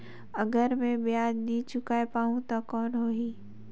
अगर मै ब्याज नी चुकाय पाहुं ता कौन हो ही?